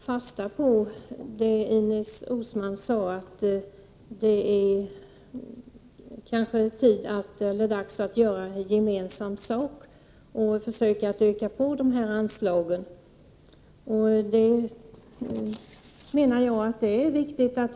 Herr talman! Jag vill gärna ta fasta på det Ines Uusmann sade: att det kanske är dags att göra en gemensam sak och försöka öka dessa anslag. Jag anser att det är viktigt.